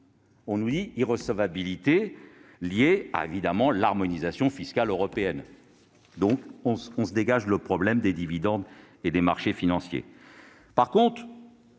On invoque l'irrecevabilité liée, évidemment, à l'harmonisation fiscale européenne, permettant d'évacuer le problème des dividendes et des marchés financiers.